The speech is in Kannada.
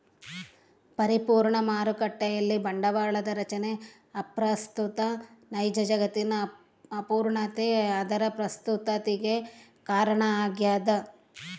ಪರಿಪೂರ್ಣ ಮಾರುಕಟ್ಟೆಯಲ್ಲಿ ಬಂಡವಾಳದ ರಚನೆ ಅಪ್ರಸ್ತುತ ನೈಜ ಜಗತ್ತಿನ ಅಪೂರ್ಣತೆ ಅದರ ಪ್ರಸ್ತುತತಿಗೆ ಕಾರಣ ಆಗ್ಯದ